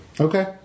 Okay